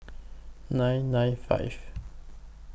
nine nine five